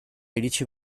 iritsi